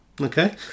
Okay